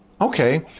Okay